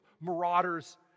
marauders